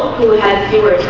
who had fewer